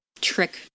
trick